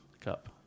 Cup